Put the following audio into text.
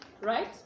right